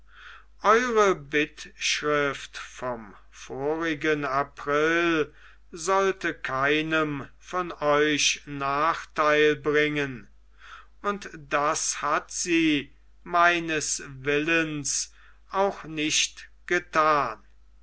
eure bittschrift vom vorigen april sollte keinem von euch nachtheil bringen und das hat sie meines wissens auch nicht gethan